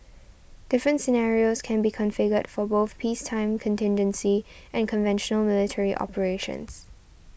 different scenarios can be configured for both peacetime contingency and conventional military operations